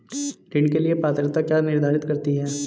ऋण के लिए पात्रता क्या निर्धारित करती है?